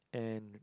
and